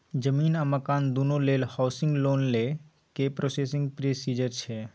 जमीन आ मकान दुनू लेल हॉउसिंग लोन लै के की प्रोसीजर छै?